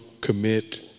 commit